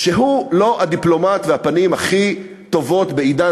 שהוא לא הדיפלומט והפנים הכי טובות בעידן